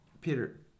Peter